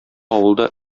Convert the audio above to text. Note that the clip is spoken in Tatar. авылда